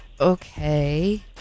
Okay